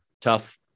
tough